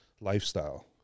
lifestyle